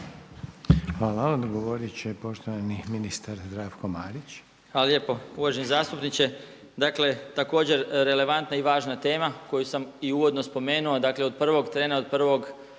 Hvala. Odgovorit će poštovani ministar Zdravko Marić. **Marić, Zdravko** Hvala lijepo. Uvaženi zastupniče. Dakle, također relevantna i važna tema koju sam i uvodno spomenuo, dakle od prvog trena, od prvog